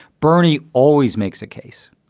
bernie always makes a case,